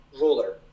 ruler